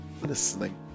listening